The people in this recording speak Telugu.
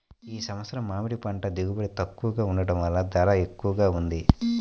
ఈ సంవత్సరం మామిడి పంట దిగుబడి తక్కువగా ఉండటం వలన ధర ఎక్కువగా ఉంది